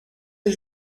les